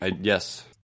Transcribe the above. Yes